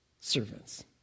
servants